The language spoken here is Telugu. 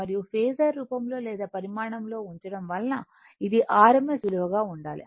మరియు ఫేసర్ రూపంలో లేదా పరిమాణంలో ఉంచడం వలన ఇది rms విలువ గా ఉండాలి